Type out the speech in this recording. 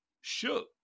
shook